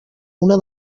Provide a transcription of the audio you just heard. una